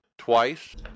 twice